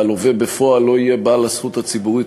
והלווה בפועל לא יהיה בעל הזכות הציבורית,